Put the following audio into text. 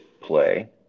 play